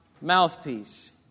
mouthpiece